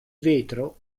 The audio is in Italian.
vetro